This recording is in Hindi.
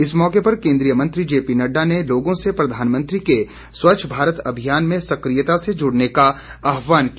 इस मौके पर केंद्रीय मंत्री जेपी नड्डा ने लोगों से प्रधानमंत्री के स्वच्छ भारत अभियान में सक्रियता से जुड़ने का आहवान किया